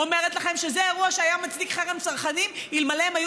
אומרת לכם שזה אירוע שהיה מצדיק חרם צרכנים אלמלא הם היו